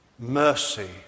Mercy